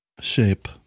Shape